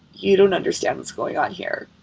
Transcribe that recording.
you don't understand what's going on here.